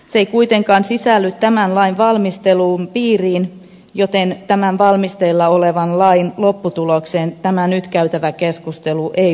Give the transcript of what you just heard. se ei kuitenkaan sisälly tämän lain valmistelun piiriin joten tämän valmisteilla olevan lain lopputulokseen tämä nyt käytävä keskustelu ei vaikuta